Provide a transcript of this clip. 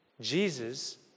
Jesus